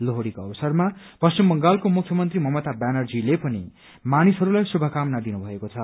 लोहड़ीको अवसरमा पश्चिम बंगालको मुख्यमन्त्री ममता ब्यानर्जीले पनि मानिसहरूलाई श्रुभक्रमना दिनुभएको छ